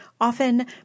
often